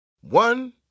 One